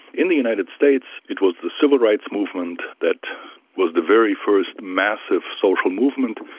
in the united states it was the civil rights movement that was the very first massive social movement.